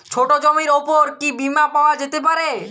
ছোট জমির উপর কি বীমা পাওয়া যেতে পারে?